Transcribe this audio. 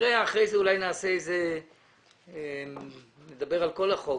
אולי אחר כך נדבר על כל החוק